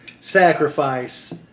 sacrifice